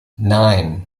nine